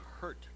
hurt